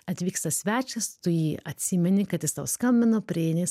atvyksta svečias tu jį atsimeni kad jis tau skambino prieini